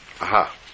Aha